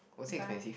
buy